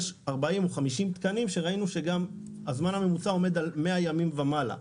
יש 40 או 50 תקנים שראינו גם שהזמן הממוצע עומד על 100 ימים ומעלה.